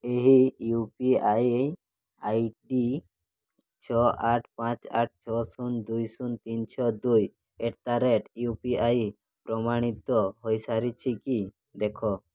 ଏହି U P I I D ଛଅ ଆଠ ପାଞ୍ଚ ଆଠ ଛଅ ଶୂନ ଦୁଇ ଶୂନ ତିନ ଛଅ ଦୁଇ at the rate U P I ପ୍ରମାଣିତ ହେଇସାରିଛି କି ଦେଖ